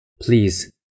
Please